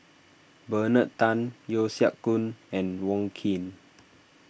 Bernard Tan Yeo Siak Goon and Wong Keen